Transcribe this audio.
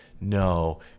No